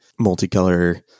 multicolor